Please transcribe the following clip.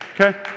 Okay